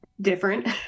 different